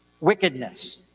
wickedness